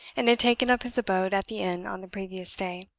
and had taken up his abode at the inn on the previous day.